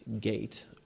gate